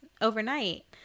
overnight